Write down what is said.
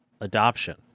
Adoption